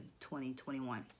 2021